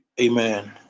Amen